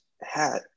hat